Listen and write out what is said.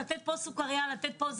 לתת פה סוכריה וכו',